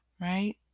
right